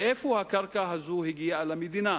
מאיפה הקרקע הזו הגיעה למדינה?